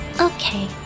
Okay